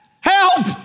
help